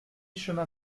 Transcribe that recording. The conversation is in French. chemin